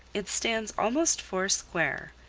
it stands almost four-square,